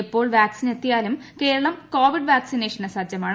എപ്പോൾ വാക്സിൻ എത്തിയാലും കേരളം കോവിഡ് വാക്സിനേഷന് സജ്ജമാണ്